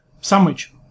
Sandwich